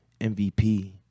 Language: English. MVP